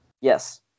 Yes